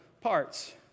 parts